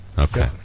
Okay